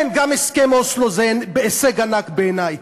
כן, גם הסכם אוסלו הוא הישג ענק בעיני.